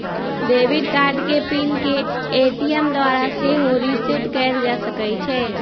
debit card के PIN के ATM द्वारा सेहो रीसेट कएल जा सकै छइ